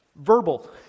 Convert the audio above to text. verbal